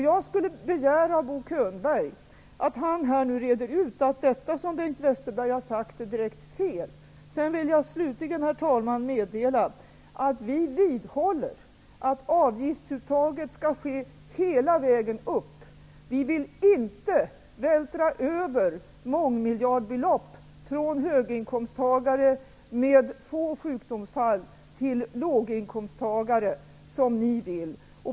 Jag skulle vilja begära av Bo Könberg att han här reder ut att det som Bengt Westerberg har sagt är direkt fel. Herr talman! Slutligen vill jag meddela att vi vidhåller att avgiftsuttaget skall ske hela vägen upp. Vi vill inte vältra över mångmiljardbelopp från höginkomsttagare med få sjukdomsfall till låginkomsttagare som ni vill.